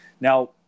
Now